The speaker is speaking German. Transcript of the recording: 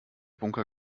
bunker